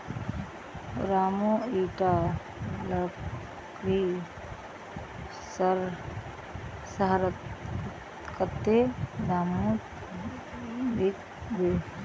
रामू इटा लकड़ी शहरत कत्ते दामोत बिकबे